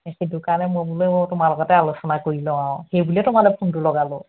সেইটো কাৰণে মই বোলো তোমাৰ লগতে আলোচনা কৰি লওঁ আৰু সেইবুলিয়ে তোমালৈ ফোনটো লগালোঁ